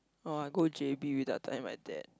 orh I go J_B without telling my dad